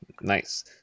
Nice